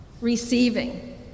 receiving